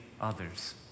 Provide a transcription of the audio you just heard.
others